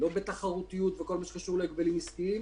לא בתחרותיות וכל מה שקשור להגבלים עסקיים,